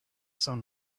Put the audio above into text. sun